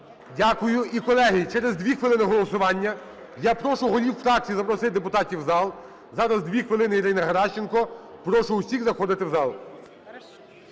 Дякую. І, колеги, через 2 хвилини – голосування. Я прошу голів фракцій запросити депутатів в зал. Зараз 2 хвилини, Ірина Геращенко. Прошу усіх заходити в зал.